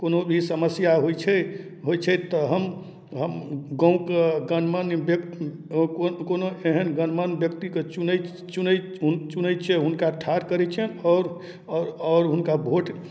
कोनो भी समस्या होइत छै होइत छै तऽ हम हम गाँव कऽ गणमान्य व्य कोनो एहन गणमान्य व्यक्तिके चुनैत चुनैत चुनैत छियै हुनका ठाढ़ करैत छिअनि आओर आओर हुनका भोट